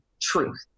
truth